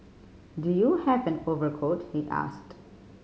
do you have an overcoat he asked